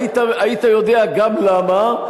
היית יודע גם למה,